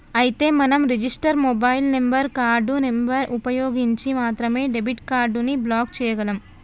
అయితే మనం register mobile number card number ని ఉపయోగించి మాత్రమే డెబిట్ కార్డు ని బ్లాక్ చేయగలం